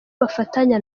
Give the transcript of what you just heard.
bafatanya